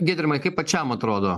giedrimai kaip pačiam atrodo